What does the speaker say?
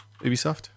Ubisoft